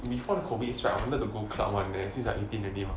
before the COVID strike I wanted to go club [one] leh since I eighteen already mah